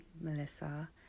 Melissa